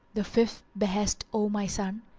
the fifth behest, o my son,